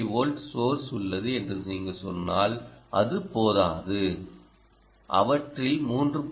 3 volt source உள்ளது என்று நீங்கள் சொன்னால் அது போதாது அவற்றில் 3